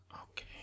Okay